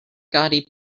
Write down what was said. gotti